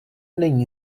není